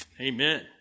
Amen